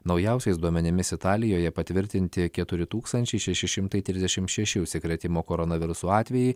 naujausiais duomenimis italijoje patvirtinti keturi tūkstančiai trisdešimt šeši užsikrėtimo koronavirusu atvejai